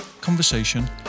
conversation